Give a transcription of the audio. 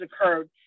occurred